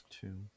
two